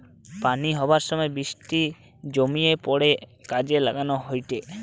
পানি হবার সময় বৃষ্টি জমিয়ে পড়ে কাজে লাগান হয়টে